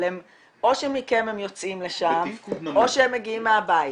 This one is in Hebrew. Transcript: או שמכם הם יוצאים לשם או שהם מגיעים מהבית.